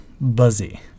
buzzy